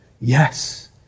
yes